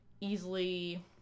easily